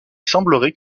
semblerait